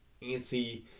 antsy